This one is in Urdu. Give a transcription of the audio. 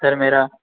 سر میرا